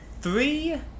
three